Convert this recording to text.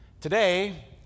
Today